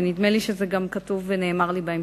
נדמה לי שזה גם כתוב ונאמר לי בהמשך.